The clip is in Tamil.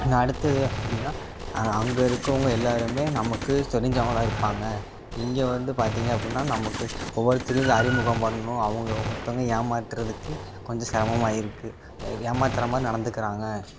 அடுத்தது அப்படின்னா அங்கே இருக்கவங்க எல்லாருமே நமக்கு தெரிஞ்சவங்களா இருப்பாங்க இங்கே வந்து பார்த்தீங்க அப்படின்னா நமக்கு ஒவ்வொருத்தரையும் அறிமுகம் பண்ணும் அவங்க ஒருத்தவங்க ஏமாற்றிறதுக்கு கொஞ்சம் சிரமமாக இருக்குது ஏமாற்றுற மாதிரி நடத்துக்கிறாங்க